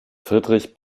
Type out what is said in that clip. friedrich